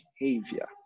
behavior